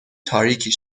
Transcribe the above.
تاریکی